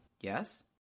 Yes